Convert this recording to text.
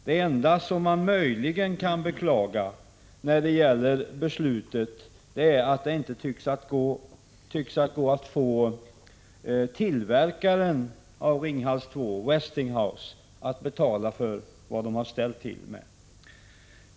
Det enda som man möjligen kan beklaga när det gäller beslutet är att det inte tycks gå att få tillverkaren av Ringhals 2, Westinghouse, att betala för vad man har ställt till med.